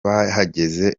bahageze